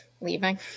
Leaving